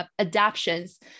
adaptions